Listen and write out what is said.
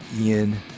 Ian